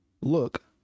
look